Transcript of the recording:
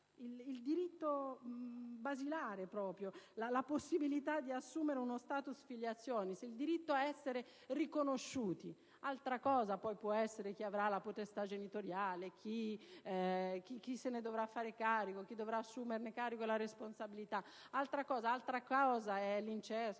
un diritto basilare, la possibilità di assumere uno *status* *filiationis*, il diritto ad essere riconosciuti. Altra cosa poi può essere chi avrà la potestà genitoriale, chi se ne dovrà far carico, chi ne dovrà assumere la responsabilità; l'incesto,